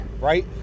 right